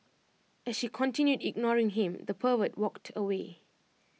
as she continued ignoring him the pervert walked away